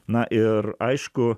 na ir aišku